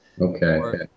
Okay